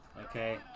Okay